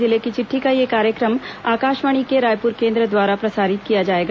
जिले की चिट्ठी का यह कार्यक्रम आकाशवाणी के रायपुर केंद्र द्वारा प्रसारित किया जाएगा